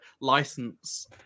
license